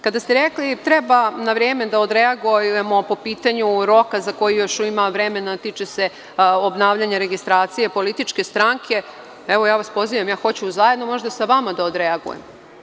Kada ste rekli da treba na vreme da odreagujemo po pitanju roka za koji još ima vremena, a tiče se obnavljanja registracije političke stranke, evo ja vas pozivam, ja možda hoću sa vama da odreagujem.